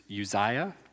Uzziah